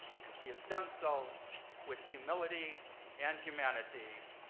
and she has done so with humility and humanity,